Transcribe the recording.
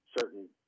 certain